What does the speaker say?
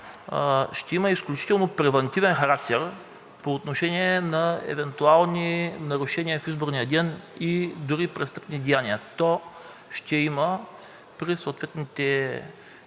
ще има изключително превантивен характер по отношение на евентуални нарушения в изборния ден и дори на престъпни деяния. То ще има –при съответните